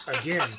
Again